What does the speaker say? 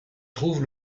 trouve